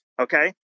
Okay